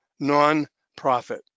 nonprofit